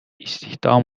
istihdam